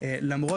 ענת